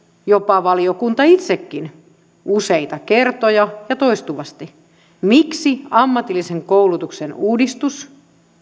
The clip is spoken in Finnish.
jopa valiokunta itse useita kertoja ja toistuvasti miksi ammatillisen koulutuksen uudistus